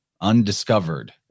undiscovered